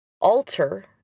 alter